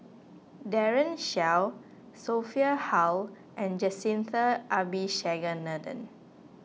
Daren Shiau Sophia Hull and Jacintha Abisheganaden